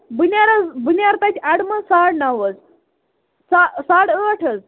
بہٕ نیرٕ حظ بہٕ نیرٕ تَتہِ اَڈٕ منٛز ساڑ نَو حظ سا ساڑ ٲٹھ حظ